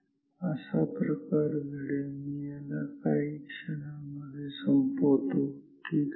असा प्रकार घडेल मी याला काही क्षणांमध्ये संपवतो ठीक आहे